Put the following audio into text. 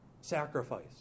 sacrifice